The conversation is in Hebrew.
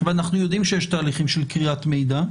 ואנחנו יודעים שיש תהליך של קריאת מידע.